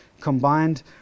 combined